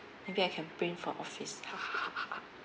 maybe I can print from office